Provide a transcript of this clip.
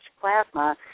plasma